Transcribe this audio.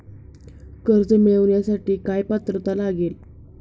कर्ज मिळवण्यासाठी काय पात्रता लागेल?